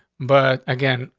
but again,